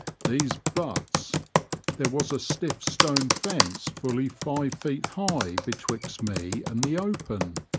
these buts there was a stiff stone fence fully five feet high betwixt me and the open.